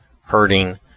hurting